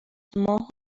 ماه